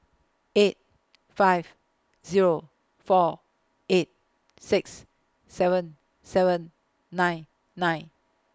eight five Zero four eight six seven seven nine nine